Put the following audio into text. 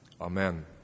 Amen